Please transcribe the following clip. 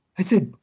i said,